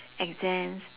exams